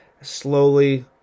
slowly